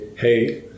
hey